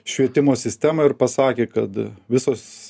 švietimo sistemą ir pasakė kad visos